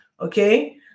okay